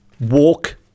walk